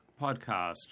podcast